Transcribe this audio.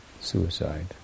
suicide